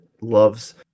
loves